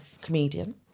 comedian